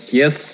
yes